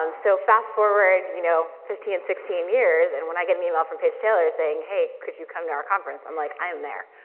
um so fast forward you know fifteen sixteen years and when i get an email from paige taylor saying hey, could you come to our conference, i'm like, i am there,